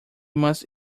must